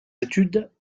études